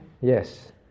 Yes